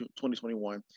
2021